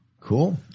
Cool